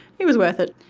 it was worth it.